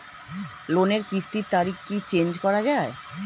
লোনের কিস্তির তারিখ কি চেঞ্জ করা যায়?